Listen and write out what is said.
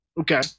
Okay